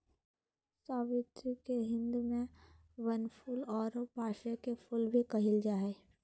स्रीवत के हिंदी में बनफूल आरो पांसे के फुल भी कहल जा हइ